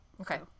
Okay